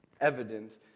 evident